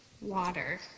water